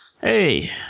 Hey